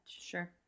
Sure